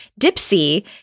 Dipsy